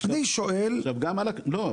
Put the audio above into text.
לא,